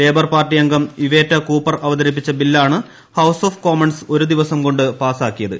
labour Party അംഗം Yvette Cooper അവതരിപ്പിച്ച ബില്ലാണ് ഹൌസ് ഓഫ് കോമൺസ് ഒരു ദിവസംകൊണ്ട് പാസ്സാക്കിയത്